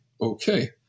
okay